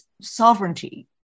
sovereignty